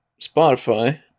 Spotify